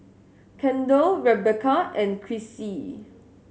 Kendal Rebecca and Crissie